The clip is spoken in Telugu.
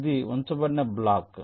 ఇది ఉంచబడిన బ్లాక్